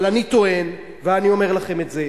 אבל אני טוען ואני אומר לכם את זה,